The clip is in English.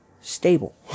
stable